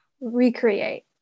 recreate